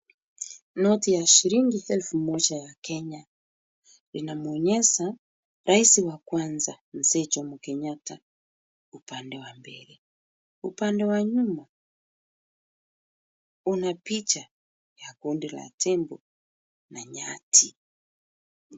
Noti ya shilingi elfu moja ya Kenya inamwonyesha rais wa kwanza Mzee Jomo Kenyatta upande wa mbele. Upande wa nyuma una picha ya kundi la tembo na nyati.